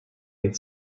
had